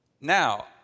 Now